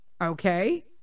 Okay